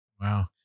Wow